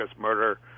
murder